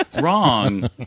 Wrong